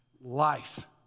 Life